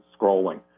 scrolling